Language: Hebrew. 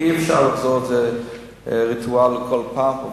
אי-אפשר לחזור על זה כריטואל כל פעם.